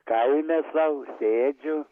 kaime sau sėdžiu